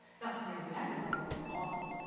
thus nearly everybody looks awful,